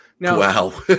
Wow